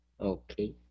Okay